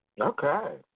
Okay